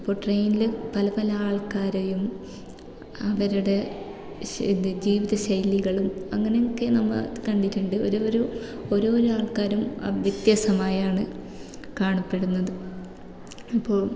അപ്പോൾ ട്രെയ്നിൽ പല പല ആൾക്കാരെയും അവരുടെ ഇത് ജീവിത ശൈലികളും അങ്ങനെ ഒക്കെ നമ്മൾ കണ്ടിട്ടുണ്ട് ഒരു ഒരു ഓരോരോ ആൾക്കാരും വ്യത്യാസമായാണ് കാണപ്പെടുന്നത് അപ്പോൾ